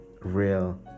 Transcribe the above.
real